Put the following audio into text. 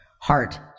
heart